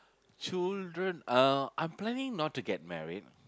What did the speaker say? children uh I'm planning not to get married